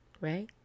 right